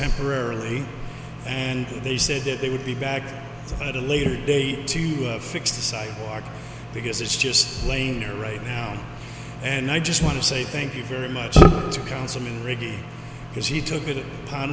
temporarily and they said that they would be back at a later date to have fixed the site because it's just plain are right now and i just want to say thank you very much to councilman regain because he took it upon